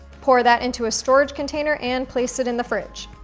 pour that into a storage container and place it in the fridge.